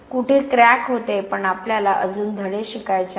कुठे क्रॅक होते पण आपल्याला अजून धडे शिकायचे आहेत